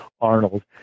Arnold